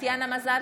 טטיאנה מזרסקי,